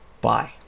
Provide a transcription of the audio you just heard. Bye